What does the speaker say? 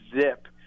zip